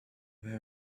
where